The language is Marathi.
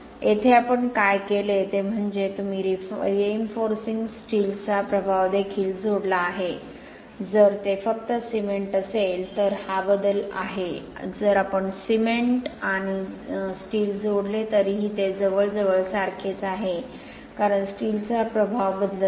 येथे आपण काय केले ते म्हणजे तुम्ही रीइन्फोर्सिंग स्टीलचा प्रभाव देखील जोडला आहे जर ते फक्त सिमेंट असेल तर हा बदल आहे जर आपण सिमेंट आणि स्टील जोडले तरीही ते जवळजवळ सारखेच आहे कारण स्टीलचा प्रभाव बदलत नाही